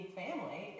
family